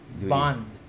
bond